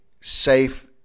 safe